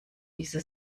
diese